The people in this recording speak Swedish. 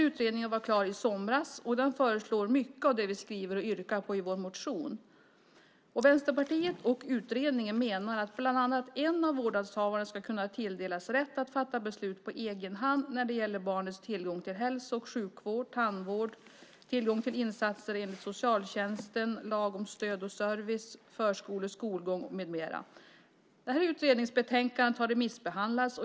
Utredningen var klar i somras, och i den finns förslag som vi har skrivit om och yrkar på i vår motion. Vänsterpartiet och utredningen menar att bland annat en av vårdnadshavarna ska kunna tilldelas rätt att fatta beslut på egen hand när det gäller barnens tillgång till hälso och sjukvård, tandvård, insatser enligt socialtjänsten i enlighet med lag om stöd och service, förskola, skolgång med mera. Utredningsbetänkandet har remissbehandlats.